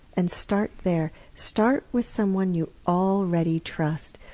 and start there. start with someone you already trust,